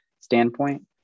standpoint